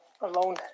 alone